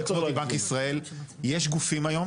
יתקנו אותי בנק ישראל: יש גופים היום